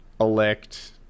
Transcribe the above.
elect